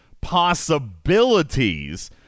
possibilities